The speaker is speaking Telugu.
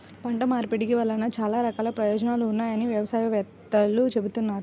పంట మార్పిడి వలన చాలా రకాల ప్రయోజనాలు ఉన్నాయని వ్యవసాయ వేత్తలు చెబుతున్నారు